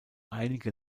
einige